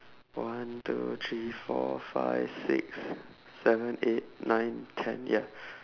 one two three four five six seven eight nine ten ya